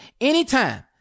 anytime